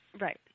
Right